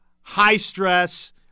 high-stress